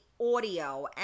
audio